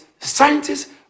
scientists